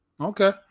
Okay